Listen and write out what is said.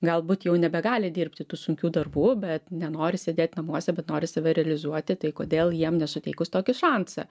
galbūt jau nebegali dirbti tų sunkių darbų bet nenori sėdėt namuose bet nori save realizuoti tai kodėl jiem nesuteikus tokį šansą